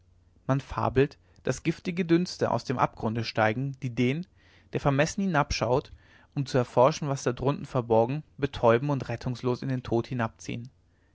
man fabelt daß giftige dünste aus dem abgrunde steigen die den der vermessen hinabschaut um zu erforschen was drunten verborgen betäuben und rettungslos in den tod